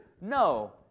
no